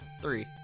three